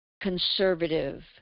conservative